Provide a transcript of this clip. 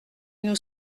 nous